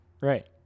right